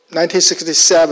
1967